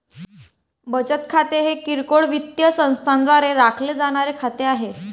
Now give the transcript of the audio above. बचत खाते हे किरकोळ वित्तीय संस्थांद्वारे राखले जाणारे खाते आहे